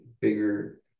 bigger